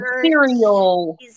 cereal